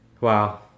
Wow